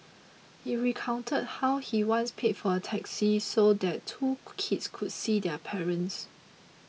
he recounted how he once paid for a taxi so that two kids could see their parents